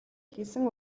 хийсэн